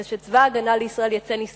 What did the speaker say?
כדי שצבא-הגנה לישראל יצא נשכר,